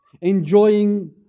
enjoying